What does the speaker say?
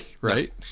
Right